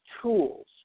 tools